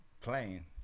playing